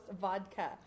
Vodka